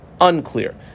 unclear